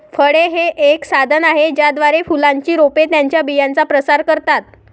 फळे हे एक साधन आहे ज्याद्वारे फुलांची रोपे त्यांच्या बियांचा प्रसार करतात